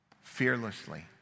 fearlessly